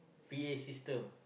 P A system